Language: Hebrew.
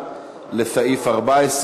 עמר בר-לב,